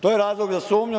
To je razlog za sumnju.